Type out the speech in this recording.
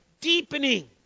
deepening